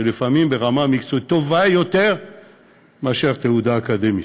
ולפעמים ברמה מקצועית טובה יותר מאשר תעודה אקדמית.